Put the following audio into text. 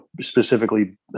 specifically